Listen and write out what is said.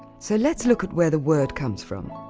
so let's look at where the word comes from.